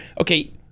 Okay